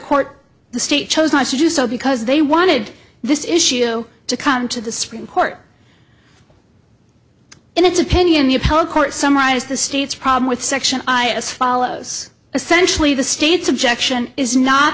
court the state chose not to do so because they wanted this issue to come to the supreme court in its opinion the appellate court summarized the state's problem with section i as follows essentially the state's objection is not